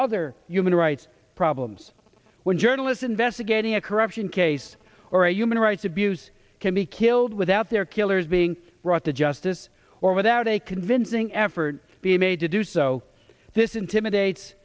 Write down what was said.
other human rights problems when journalists investigating a corruption case or a human rights abuse can be killed without their killers being brought to justice or without a convincing effort being made to do so this intimidates